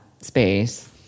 space